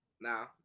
now